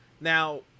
Now